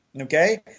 okay